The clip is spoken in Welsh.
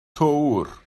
töwr